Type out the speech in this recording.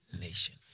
nation